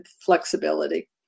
flexibility